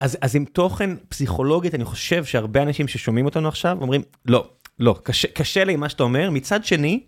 אז עם תוכן פסיכולוגית, אני חושב שהרבה אנשים ששומעים אותנו עכשיו אומרים, לא, לא, קשה לי עם מה שאתה אומר, מצד שני...